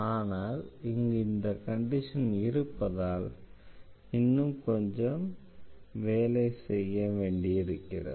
ஆனால் இங்கு இந்த கண்டிஷன் இருப்பதால் இன்னும் கொஞ்சம் வேலை செய்ய வேண்டியிருக்கிறது